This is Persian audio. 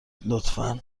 لطفا